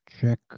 check